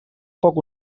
foc